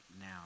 now